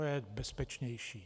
To je bezpečnější.